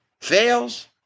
fails